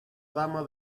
dama